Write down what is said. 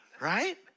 Right